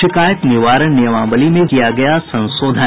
शिकायत निवारण नियमावली में किया गया संशोधन